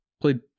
played